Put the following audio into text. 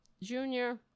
Junior